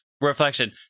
reflection